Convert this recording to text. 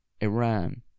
Iran